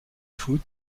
foot